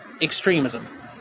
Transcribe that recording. extremism